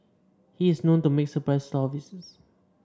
he is known to make surprise store visits